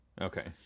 Okay